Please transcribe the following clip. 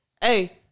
hey